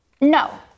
No